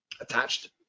Attached